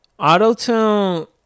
autotune